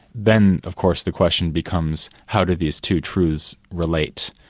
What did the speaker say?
then, of course, the question becomes, how do these two truths relate,